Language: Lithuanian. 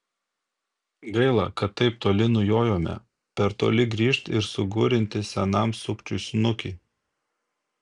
gaila kad taip toli nujojome per toli grįžt ir sugurinti senam sukčiui snukį